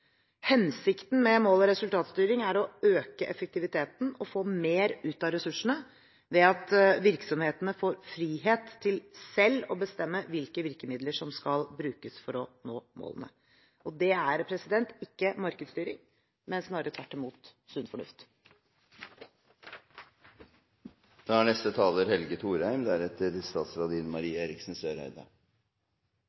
Hensikten med mål- og resultatstyring er å øke effektiviteten og få mer ut av ressursene ved at virksomhetene får frihet til selv å bestemme hvilke virkemidler som skal brukes for å nå målene. Det er ikke markedsstyring, men snarere tvert imot sunn fornuft. Når jeg nå har bedt om ordet, er